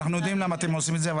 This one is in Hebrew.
אנחנו יודעים למה אתם עושים את זה.